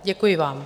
Děkuji vám.